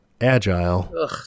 agile